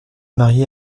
marié